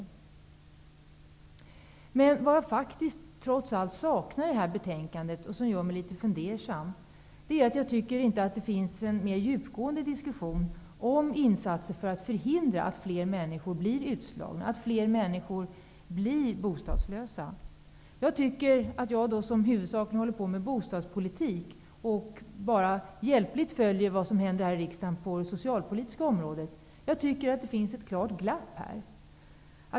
Det är en sak som jag faktiskt trots allt saknar i betänkandet och som gör mig litet fundersam. Det finns inte någon djupgående diskussion om insatser för att förhindra att fler människor blir utslagna eller bostadslösa. Jag tycker att det här -- huvudsakligen håller jag på med bostadspolitik och följer bara hjälpligt med vad som händer i riksdagen på det socialpolitiska området -- finns ett klart glapp.